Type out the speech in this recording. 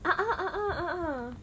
a'ah a'ah a'ah